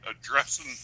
addressing